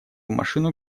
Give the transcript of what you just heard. машину